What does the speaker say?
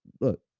look